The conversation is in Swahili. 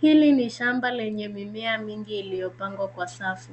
Hili ni shamba lenye mimea mingi iliyopangwa kwa safu.